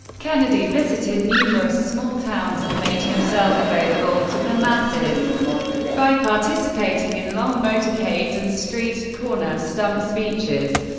kennedy visited numerous small towns and made himself available to the masses by participating in long motorcades and street-corner stump speeches,